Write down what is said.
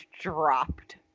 dropped